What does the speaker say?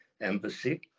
embassy